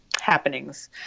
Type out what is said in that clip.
happenings